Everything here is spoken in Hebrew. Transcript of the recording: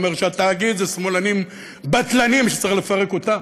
הוא אומר שהתאגיד זה שמאלנים בטלנים וצריך לפרק אותו.